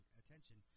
attention